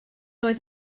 oedd